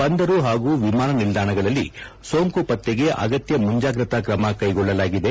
ಬಂದರು ಹಾಗೂ ಬಿಮಾನ ನಿಲ್ದಾಣಗಳಲ್ಲ ಸೋಂಕು ಪತ್ತಗೆ ಅಗತ್ಯ ಮುಂಜಾಗ್ರತಾ ಕ್ರಮ ಕೈಗೊಳ್ಳಲಾಲಿದೆ